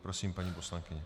Prosím, paní poslankyně.